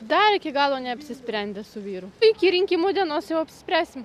dar iki galo neapsisprendę su vyru iki rinkimų dienos jau apsispręsim